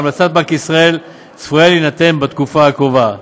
והמלצת בנק ישראל צפויה בתקופה הקרובה.